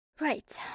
Right